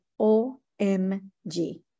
O-M-G